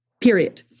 period